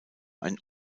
ein